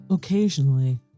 Occasionally